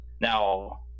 Now